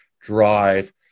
drive